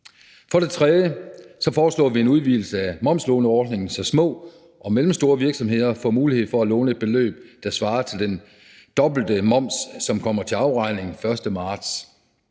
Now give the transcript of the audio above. For det tredje foreslås en udvidelse af momslåneordningen, så små og mellemstore virksomheder får mulighed for at låne et beløb, der svarer til den dobbelte moms, som kommer til afregning den 1. marts.